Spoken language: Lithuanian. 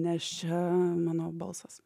nes čia mano balsas